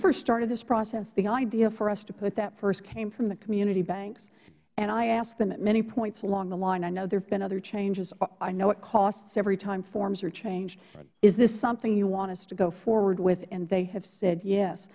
first started this process the idea to put that first came from the community banks and i asked them at many points along the line i know there have been other changesh i know it costs every time forms are changedh is this something you want us to go forward with and they have said yes